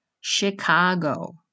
Chicago